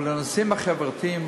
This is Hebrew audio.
אבל על הנושאים החברתיים,